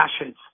ashes